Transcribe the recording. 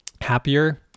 happier